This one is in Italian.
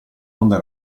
onde